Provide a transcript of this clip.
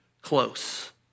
close